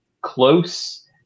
close